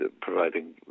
providing